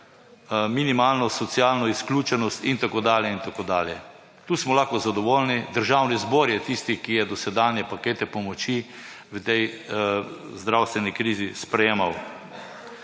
(nadaljevanje) dalje in tako dalje. Tu smo lahko zadovoljni. Državni zbor je tisti, ki je dosedanje pakete pomoči v tej zdravstveni krizi sprejemal.